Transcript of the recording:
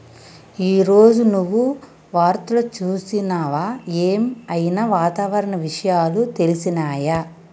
ఈ రోజు నువ్వు వార్తలు చూసినవా? ఏం ఐనా వాతావరణ విషయాలు తెలిసినయా?